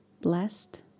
blessed